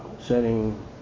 setting